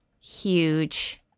huge